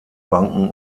banken